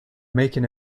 making